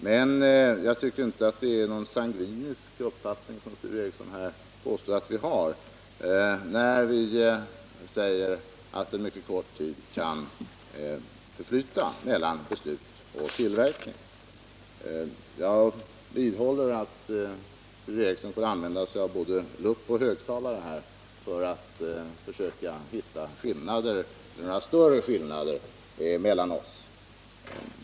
Men jag tycker inte att det är någon sangvinisk uppfattning, vilket Sture Ericson påstår att vi har, när vi säger att en mycket kort tid kan förflyta mellan beslut och tillverkning. Jag vidhåller att Sture Ericson får använda sig av både lupp och högtalare för att försöka hitta några större skillnader mellan oss.